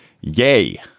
yay